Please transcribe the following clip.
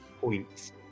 points